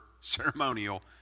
ceremonial